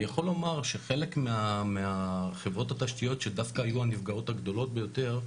אני יכול לומר שחלק מהחברות התשתיות שדווקא היו הנפגעות הגדולות ביותר,